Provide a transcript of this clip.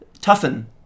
Toughen